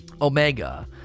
Omega